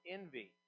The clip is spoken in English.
envy